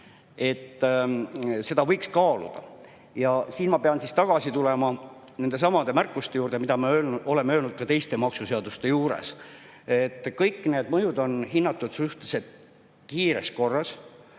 et seda võiks kaaluda. Ja siin ma pean tagasi tulema nendesamade märkuste juurde, mida me oleme öelnud ka teiste maksuseaduste juures. Kõik need mõjud on hinnatud suhteliselt kiires korras.